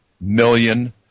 million